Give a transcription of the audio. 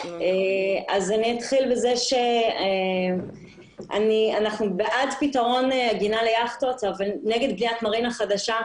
אני אתחיל בזה שאנחנו פתרון עגינה ליכטות אבל נגד בניית מרינה חדשה.